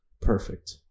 perfect